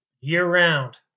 Year-round